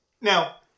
Now